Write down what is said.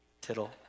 Tittle